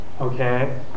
okay